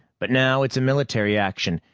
but now it's a military action,